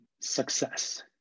success